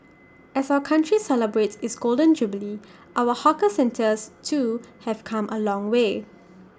as our country celebrates its Golden Jubilee our hawker centres too have come A long way